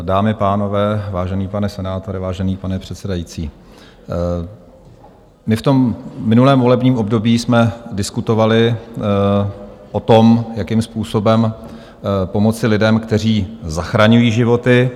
Dámy a pánové, vážený pane senátore, vážený pane předsedající, my jsme v minulém volebním období diskutovali o tom, jakým způsobem pomoci lidem, kteří zachraňují životy.